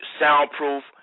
soundproof